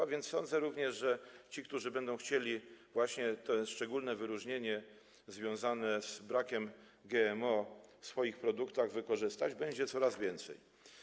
A więc sądzę również, że tych, który będą chcieli właśnie to szczególne wyróżnienie związane z brakiem GMO w swoich produktach wykorzystać, będzie coraz więcej.